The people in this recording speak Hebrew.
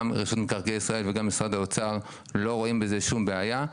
גם רשות מקרקעי ישראל וגם משרד האוצר לא רואים בזה שום בעיה.